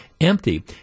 empty